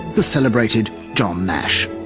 the celebrated john nash.